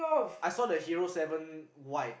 I saw the hero seven white